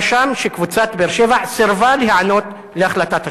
רשם שקבוצת באר-שבע סירבה להיענות להחלטת השופט.